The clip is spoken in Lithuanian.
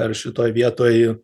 ar šitoj vietoj